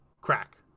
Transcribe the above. crack